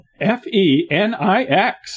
F-E-N-I-X